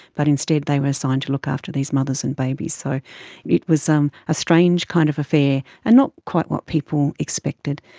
but instead they were assigned to look after these mothers and babies. so it was um a strange kind of affair and not quite what people expected.